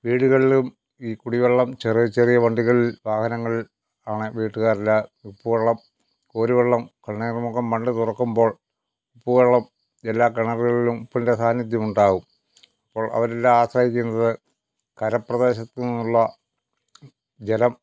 വീടുകളിലും ഈ കുടിവെള്ളം ചെറിയ ചെറിയ വണ്ടികൾ വാഹനങ്ങളില് ആണ് വീട്ടുകാരെല്ലാം ഉപ്പ് വെള്ളം കോരു വെള്ളം കണ്ണീർ മുക്കം ബണ്ട് തുറക്കുമ്പോൾ ഉപ്പ് വെള്ളം എല്ലാ കിണറുകളിലും ഉപ്പിൻ്റെ സാന്നിധ്യം ഉണ്ടാകും അപ്പോൾ അവരെല്ലാം ആശ്രയിക്കുന്നത് കരപ്രദേശത്തുനിന്നുള്ള ജലം